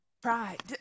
Pride